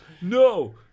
No